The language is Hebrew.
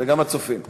וגם הצופים.